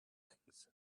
things